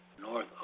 north